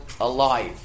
alive